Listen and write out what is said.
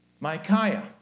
Micaiah